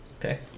okay